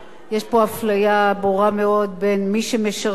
יש פה אפליה ברורה מאוד בין מי שמשרתים,